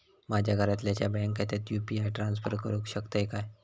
माझ्या घरातल्याच्या बँक खात्यात यू.पी.आय ट्रान्स्फर करुक शकतय काय?